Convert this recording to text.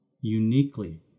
uniquely